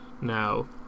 now